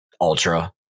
ultra